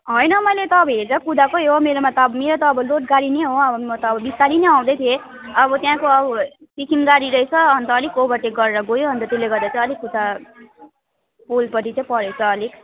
होइन मैले त अब हेरेर कुदाएको हो मेरोमा त अब मेरो त अब लोड गाडी नै हो अब अब म त बिस्तारो नै आउँदै थिएँ अब त्यहाँको अब सिक्किम गाडी रहेछ अन्त अलिक ओभरटेक गरेर गयो अन्त त्यसले गर्दा चाहिँ अलिक उता पोलपट्टि चाहिँ परेको छ अलिक